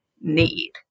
need